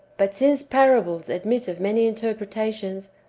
but since parables admit of many interpretations,